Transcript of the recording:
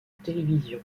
télévision